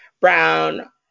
brown